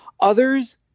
Others